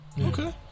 Okay